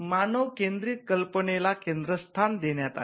मानव केंद्रित कल्पनेला केंद्रस्थान देण्यात आले